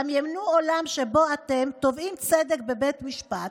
דמיינו עולם שבו אתם תובעים צדק בבית משפט,